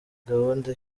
gahunda